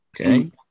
Okay